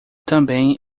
também